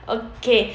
okay